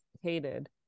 hated